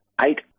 eight